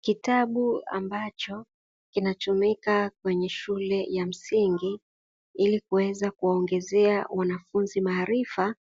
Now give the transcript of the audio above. Kitabu ambacho kinatumika kwenye shule ya msingi ili kuweza kuwaongezea wanafunzi maarifa